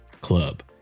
Club